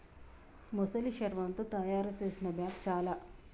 మొసలి శర్మముతో తాయారు చేసిన బ్యాగ్ చాల